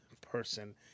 person